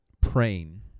praying